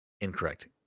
Incorrect